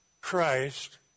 Christ